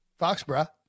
Foxborough